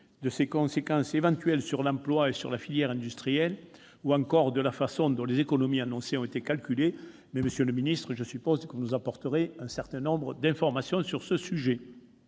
de ses conséquences éventuelles sur l'emploi et sur la filière industrielle ou encore de la façon dont les économies annoncées ont été calculées. Je suppose toutefois que vous nous donnerez un certain nombre d'informations sur ce sujet,